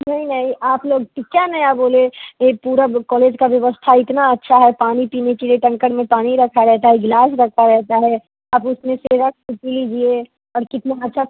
नहीं नहीं आप लोग क्या नया बोलें ये पूरा कौलेज का व्यवस्था इतना अच्छा है पानी पीने के लिए टेनकर में पानी रखा रहता है ग्लास रखा रहता है आप उसमें से लेकर पी लीजिए और कितना अच्छा